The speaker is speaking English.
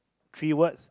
three words